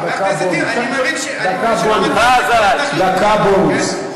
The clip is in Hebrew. עוד דקה, דקה בונוס.